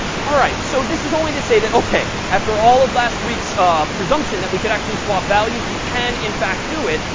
all right. so this is only to say that, ok, after all of last week's presumption that we could actually swap values, we can in fact do it.